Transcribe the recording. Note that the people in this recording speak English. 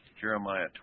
Jeremiah